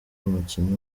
umukinnyi